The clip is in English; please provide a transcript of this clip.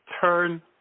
turn